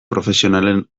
profesionalen